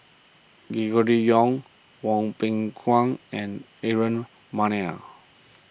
Gregory Yong Hwang Peng Kuan and Aaron Maniam